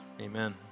amen